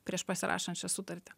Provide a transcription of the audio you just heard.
prieš pasirašant šią sutartį